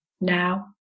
now